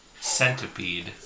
centipede